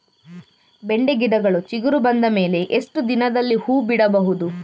ಬೆಂಡೆ ಗಿಡಗಳು ಚಿಗುರು ಬಂದ ಮೇಲೆ ಎಷ್ಟು ದಿನದಲ್ಲಿ ಹೂ ಬಿಡಬಹುದು?